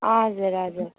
हजुर हजुर